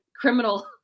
criminal